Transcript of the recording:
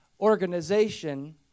organization